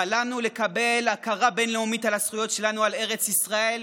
חלמנו לקבל הכרה בין-לאומית על הזכויות שלנו על ארץ ישראל,